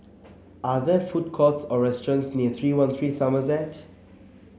are there food courts or restaurants near three one three Somerset